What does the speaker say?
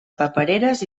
papereres